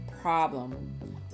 problem